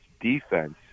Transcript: defense